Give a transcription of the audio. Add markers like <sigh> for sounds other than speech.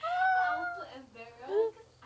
ah <breath>